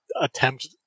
attempt